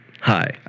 Hi